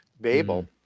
babel